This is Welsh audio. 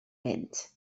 mynd